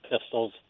pistols